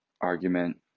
argument